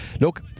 look